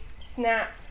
snap